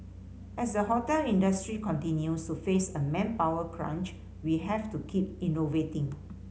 as the hotel industry continue surface a manpower crunch we have to keep innovating